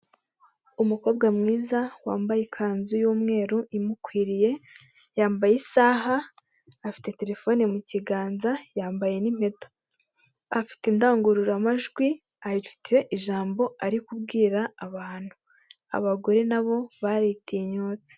Umukobwa mwiza wambaye ikanzu y'umweru imukwiriye, yambaye isaha afite telefone mu kiganza yambaye n'impeta. Afite indangururamajwi afite ijambo ari kubwira abantu. Abagore nabo baritinyutse.